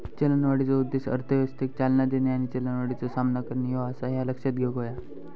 चलनवाढीचो उद्देश अर्थव्यवस्थेक चालना देणे आणि चलनवाढीचो सामना करणे ह्यो आसा, ह्या लक्षात घेऊक हव्या